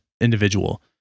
individual